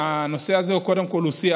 הנושא הזה הוא קודם כול שיח.